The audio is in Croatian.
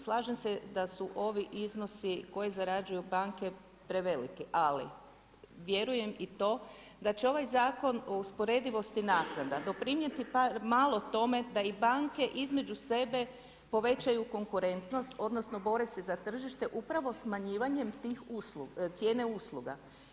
Slažem se da su ovi iznosi koje zarađuju banke preveliki ali vjerujem i to da će ovaj Zakon o usporedivosti naknada doprinijeti bar malo tome da i banke između sebe povećaju konkurentnost, odnosno bore se za tržište upravo smanjivanjem tih cijene usluga.